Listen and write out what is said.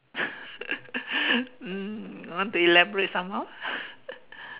um want to elaborate some more